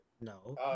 No